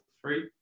three